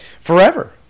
Forever